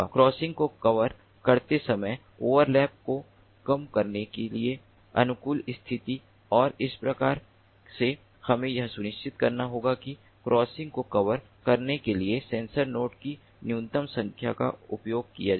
crossing को cover करते समय ओवरलैप को कम करने के लिए अनुकूल स्थिति और इस तरह से हमें यह सुनिश्चित करना होगा कि क्रॉसिंग को कवर करने के लिए सेंसर नोड की न्यूनतम संख्या का उपयोग किया जाए